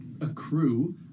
accrue